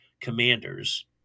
Commanders